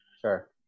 Sure